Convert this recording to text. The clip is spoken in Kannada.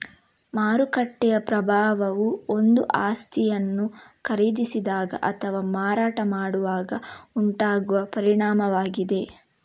ಮಾರುಕಟ್ಟೆಯ ಪ್ರಭಾವವು ಒಂದು ಆಸ್ತಿಯನ್ನು ಖರೀದಿಸಿದಾಗ ಅಥವಾ ಮಾರಾಟ ಮಾಡುವಾಗ ಉಂಟಾಗುವ ಪರಿಣಾಮವಾಗಿದೆ